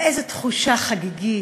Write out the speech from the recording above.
ואיזו תחושה חגיגית,